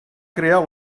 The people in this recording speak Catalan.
crear